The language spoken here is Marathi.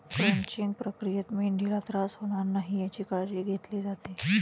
क्रंचिंग प्रक्रियेत मेंढीला त्रास होणार नाही याची काळजी घेतली जाते